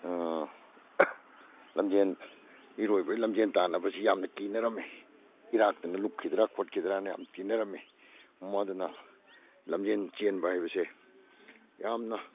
ꯂꯝꯖꯦꯟ ꯏꯔꯣꯏꯕꯒꯤ ꯂꯝꯖꯦꯟ ꯇꯥꯟꯅꯕꯁꯤ ꯌꯥꯝꯅ ꯀꯤꯅꯔꯝꯃꯤ ꯏꯔꯥꯛꯇꯅ ꯂꯨꯞꯈꯤꯗ꯭ꯔꯥ ꯈꯣꯠꯈꯤꯗ꯭ꯔꯥꯅ ꯌꯥꯝ ꯀꯤꯅꯔꯝꯃꯤ ꯃꯗꯨꯅ ꯂꯝꯖꯦꯟ ꯆꯦꯟꯕ ꯍꯥꯏꯕꯁꯦ ꯌꯥꯝꯅ